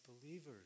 believers